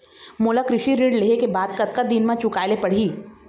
मोला कृषि ऋण लेहे के बाद कतका दिन मा चुकाए ले पड़ही?